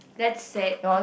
that's sad